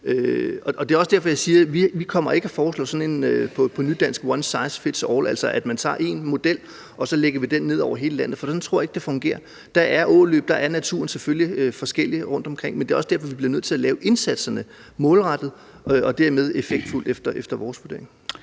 Det er også derfor, jeg siger, at vi ikke kommer og foreslår sådan en, på nydansk, one size fits all, altså at man tager én model og lægger den ned over hele landet, for sådan tror jeg ikke det fungerer. Der er åløb og der er naturen selvfølgelig forskellig rundtomkring, men det er også derfor, vi bliver nødt til at lave indsatserne målrettet og dermed effektfuldt efter vores vurdering.